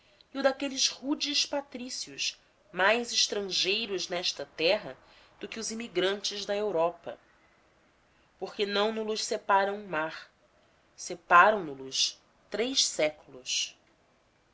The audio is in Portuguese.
e o daqueles rudes patrícios mais estrangeiros nesta terra do que os imigrantes da europa porque não no-los separa um mar separam no los três séculos